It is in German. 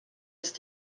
ist